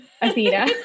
Athena